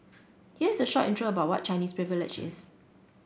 here is a short intro about what Chinese Privilege is